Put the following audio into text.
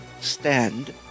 stand